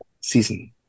season